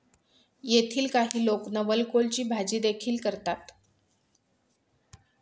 येथील काही लोक नवलकोलची भाजीदेखील करतात